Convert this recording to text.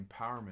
empowerment